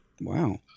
Wow